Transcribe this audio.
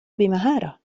بمهارة